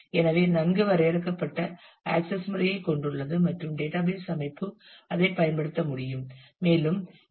எனவே நன்கு வரையறுக்கப்பட்ட ஆக்சஸ் முறையைக் கொண்டுள்ளது மற்றும் டேட்டாபேஸ் அமைப்பு அதைப் பயன்படுத்த முடியும் மேலும் எல்